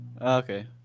Okay